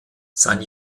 sein